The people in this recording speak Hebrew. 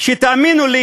שתאמינו לי,